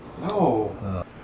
No